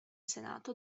senato